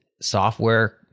Software